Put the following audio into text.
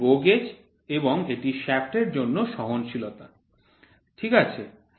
এটি GO gauge এবং এটি শ্য়াফ্টের জন্য সহনশীলতা ঠিক আছে